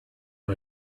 him